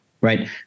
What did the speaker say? right